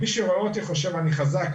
מי שרואה אותי חושב שאני חזק,